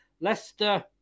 Leicester